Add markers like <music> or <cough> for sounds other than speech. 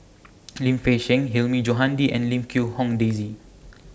<noise> Lim Fei Shen Hilmi Johandi and Lim Quee Hong Daisy